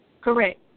Correct